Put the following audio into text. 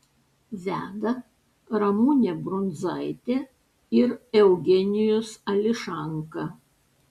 veda ramunė brundzaitė ir eugenijus ališanka